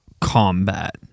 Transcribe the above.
Combat